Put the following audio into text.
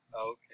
Okay